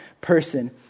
person